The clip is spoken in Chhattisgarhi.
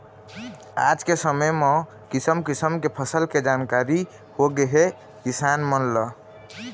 आज के समे म किसम किसम के फसल के जानकारी होगे हे किसान मन ल